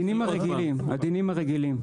הדינים הרגילים.